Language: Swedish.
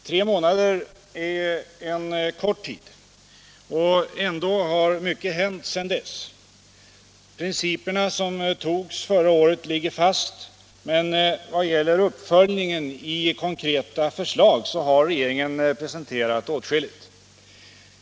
Tre månader är en kort tid, och ändå har mycket hänt sedan dess. De principer som antogs förra året ligger fast, men i fråga om uppföljningen i konkreta förslag har regeringen presenterat åtskilligt.